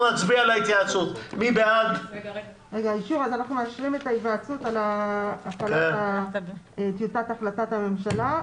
אנחנו מאשרים את ההיוועצות על טיוטת החלטת הממשלה.